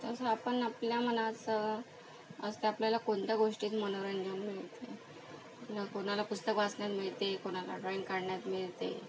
जसं आपण आपल्या मनाचं असतं आपल्याला कोणत्या गोष्टीत मनोरंजन मिळते कोणाला पुस्तक वाचण्यात मिळते कोणाला ड्रॉईंग काढण्यात मिळते